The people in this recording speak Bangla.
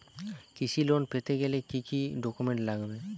কৃষি লোন পেতে গেলে কি কি ডকুমেন্ট লাগবে?